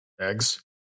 eggs